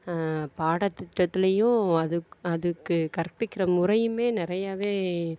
பாடத்திட்டத்துலேயும் அது அதுக்கு கற்பிக்கிற முறையுமே நிறையாவே